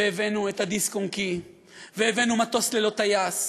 והבאנו את הדיסק-און-קי והבאנו מטוס ללא טייס.